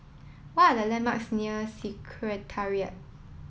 what are the landmarks near Secretariat